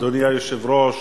אדוני היושב-ראש,